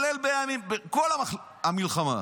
כל המלחמה.